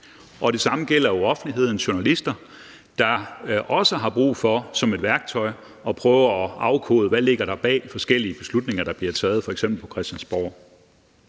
Og det samme gælder jo offentligheden i forhold til journalister, der også har brug for, som et værktøj, at prøve at afkode, hvad der ligger bag forskellige beslutninger, der bliver taget, f.eks. på Christiansborg.